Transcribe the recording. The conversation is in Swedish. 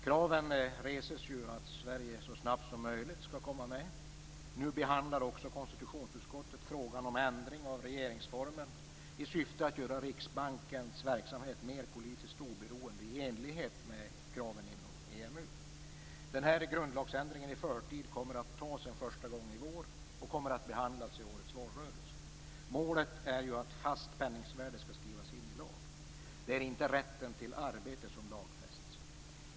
Kraven restes ju att Sverige så snabbt som möjligt skall komma med. Nu behandlar också konstitutionsutskottet frågan om ändring av regeringsformen i syfte att göra Riksbankens verksamhet mer politiskt oberoende i enlighet med kraven inom EMU. Denna grundlagsändring i förtid kommer att tas en första gång i vår och behandlas i årets valrörelse. Målet är ju att fast penningvärde skall skrivas in i lag. Det är inte rätten till arbete som lagfästs.